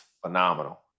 phenomenal